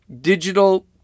digital